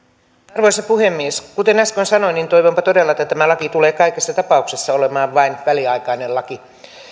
arvoisa puhemies kuten äsken sanoin niin toivonpa todella että tämä laki tulee kaikessa tapauksessa olemaan vain väliaikainen laki